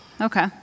Okay